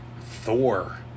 Thor